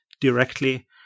directly